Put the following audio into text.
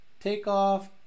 Takeoff